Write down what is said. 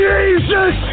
Jesus